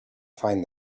find